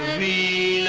the